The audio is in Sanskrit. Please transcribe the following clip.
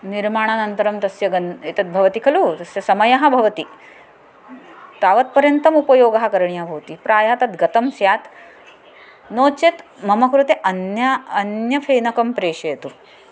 निर्माणानन्तरं तस्य गन् एतद् भवति खलु तस्य समयः भवति तावत्पर्यन्तमुपयोगः करणीयः भवति प्रायः तद् गतं स्यात् नो चेत् मम कृते अन्य अन्य फेनकं प्रेषयतु